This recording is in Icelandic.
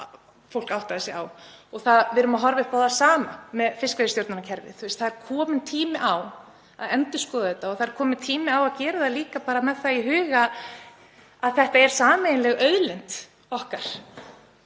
og það er kominn tími á að gera það með það í huga að þetta er sameiginleg auðlind okkar